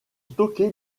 stocké